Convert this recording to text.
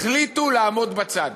החליטו לעמוד בצד